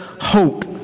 hope